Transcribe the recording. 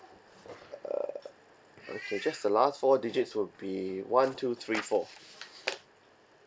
uh okay just the last four digits will be one two three four